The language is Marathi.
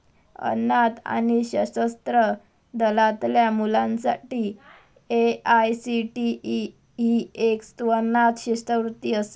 अनाथ आणि सशस्त्र दलातल्या मुलांसाठी ए.आय.सी.टी.ई ही एक स्वनाथ शिष्यवृत्ती असा